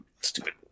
stupid